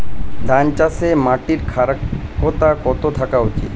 ধান চাষে মাটির ক্ষারকতা কত থাকা উচিৎ?